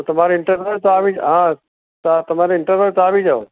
તમારે ઇન્ટરસ્ટ હોય તો આવી જાવ આ ત તમારે ઇન્ટરસ્ટ હોય તો આવી જાવ